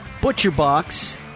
ButcherBox